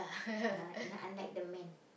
unlike the men